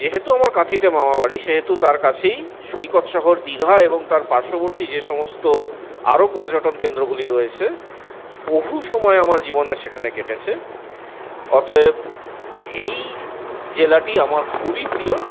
যেহেতু আমার কাঁথিতে মামাবাড়ি সেহেতু তার কাছেই সৈকত শহর দীঘা এবং তার পার্শ্ববর্তী যে সমস্ত আরও পর্যটনকেন্দ্রগুলি রয়েছে বহু সময় আমার জীবনের সেখানে কেটেছে অতএব এই জেলাটি আমার খুবই প্রিয়